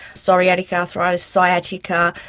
psoriatic arthritis, sciatica.